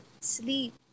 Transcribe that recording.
sleep